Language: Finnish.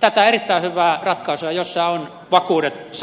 tätä erittäin hyvää ratkaisua jossa on vakuudet saatu